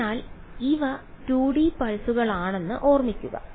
അതിനാൽ ഇവ 2D പൾസുകളാണെന്ന് ഓർമ്മിക്കുക